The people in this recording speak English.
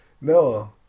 No